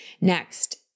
Next